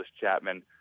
Chapman